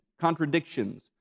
contradictions